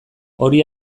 hori